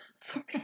Sorry